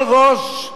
כל ראש,